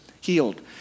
healed